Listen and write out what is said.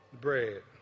bread